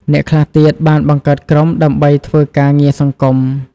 អ្នកខ្លះទៀតបានបង្កើតក្រុមដើម្បីធ្វើការងារសង្គម។